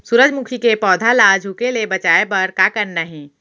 सूरजमुखी के पौधा ला झुके ले बचाए बर का करना हे?